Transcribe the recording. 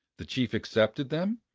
the chief accepted them,